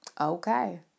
okay